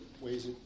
ways